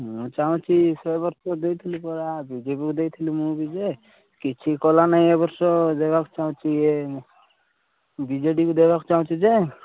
ମୁଁ ଚାହୁଁଛି ସେ ବର୍ଷ ଦେଇଥିଲି ପରା ବିଜେପିକୁ ଦେଇଥିଲି ମୁଁ ବି ଯେ କିଛି କଲା ନାଇଁ ଏବର୍ଷ ଦେବାକୁ ଚାହୁଁଛି ବିଜେଡ଼ିକୁ ଦେବାକୁ ଚାହୁଁଛି ଯେ